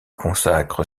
consacre